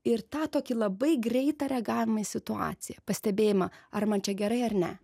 ir tą tokį labai greitą reagavimą į situaciją pastebėjimą ar man čia gerai ar ne